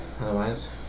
otherwise